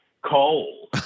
Coal